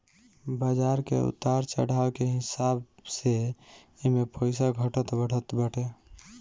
बाजार के उतार चढ़ाव के हिसाब से एमे पईसा घटत बढ़त बाटे